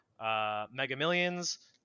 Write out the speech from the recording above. megamillions